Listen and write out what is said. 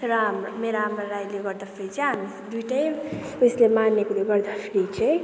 र हाम्रो मेरो आमा राईले गर्दाखेरि चाहिँ हामी दुईवटै उइसले मानेकोले गर्दाखेरि चाहिँ